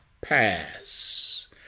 pass